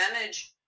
manage